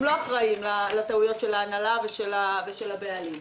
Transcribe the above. הם לא אחראים לטעויות של ההנהלה ושל הבעלים.